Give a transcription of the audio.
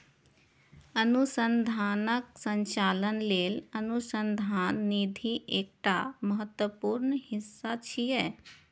अनुसंधानक संचालन लेल अनुसंधान निधि एकटा महत्वपूर्ण हिस्सा छियै